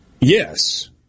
yes